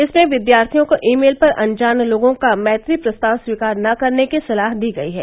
इसमें विद्यार्थियों को ई मेल पर अनजान लोगों का मैत्री प्रस्ताव स्वीकार न करने की सलाह दी गई है